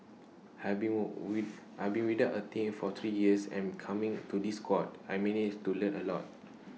have been with I've been without A team for three years and coming to this squad I've managed to learn A lot